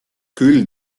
küll